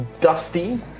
dusty